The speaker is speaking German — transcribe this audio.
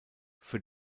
für